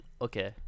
okay